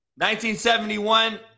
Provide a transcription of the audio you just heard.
1971